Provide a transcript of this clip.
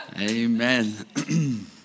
Amen